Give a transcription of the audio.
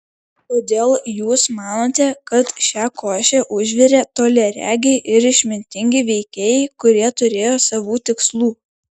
kodėl jūs manote kad šią košę užvirė toliaregiai ir išmintingi veikėjai kurie turėjo savų tikslų